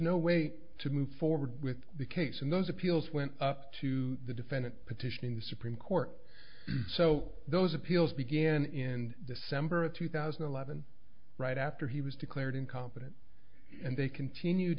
no way to move forward with the case and those appeals went up to the defendant petitioning the supreme court so those appeals began in december of two thousand and eleven right after he was declared incompetent and they continued